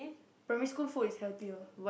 primary school food is healthier